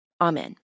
Amen